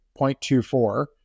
0.24